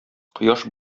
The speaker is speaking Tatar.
кояш